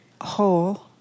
whole